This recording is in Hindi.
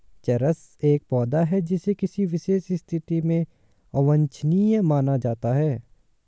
चरस एक पौधा है जिसे किसी विशेष स्थिति में अवांछनीय माना जाता है